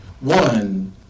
one